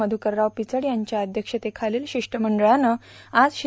मध्रकरराव पिचड यांच्या अध्यक्षतेखालील शिष्टमंडळवं आज श्री